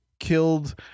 killed